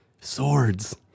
swords